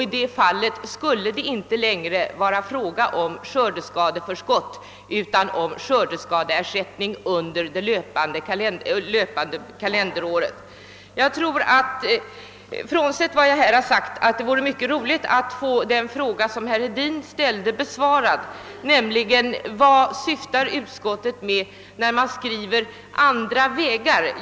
I så fall skulle det inte längre vara fråga om skördeskadeförskott utan om skördeskadeersättning under det löpande kalenderåret. Frånsett vad jag här har sagt tycker jag att det vore mycket intressant att få den fråga som herr Hedin ställde besvarad, nämligen vad utskottet syftar på när utskottet skriver »andra vägar».